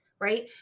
right